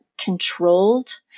controlled